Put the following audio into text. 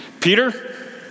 Peter